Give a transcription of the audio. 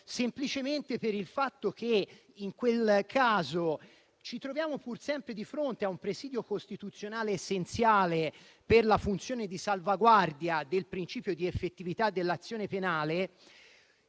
vecchio in ambito giudiziario. Ci troviamo pur sempre di fronte a un presidio costituzionale essenziale per la funzione di salvaguardia del principio di effettività dell'azione penale: